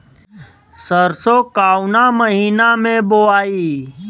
सरसो काउना महीना मे बोआई?